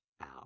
out